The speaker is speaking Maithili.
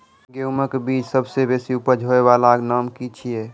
गेहूँमक बीज सबसे बेसी उपज होय वालाक नाम की छियै?